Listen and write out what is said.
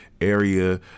area